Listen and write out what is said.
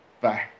Bye